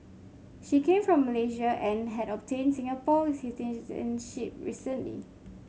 she came from Malaysia and had obtained Singapore citizenship recently